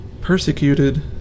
persecuted